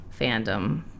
fandom